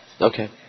Okay